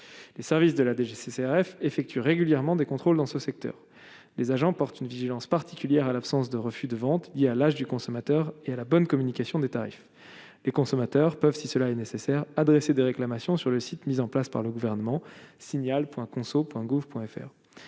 les services de la DGCCRF effectue régulièrement des contrôles dans ce secteur, les agents portent une vigilance particulière à l'absence de refus de vente, il y a l'âge du consommateur et à la bonne communication des tarifs, les consommateurs peuvent, si cela est nécessaire, adresser des réclamations sur le site mis en place par le gouvernement, signal Point conso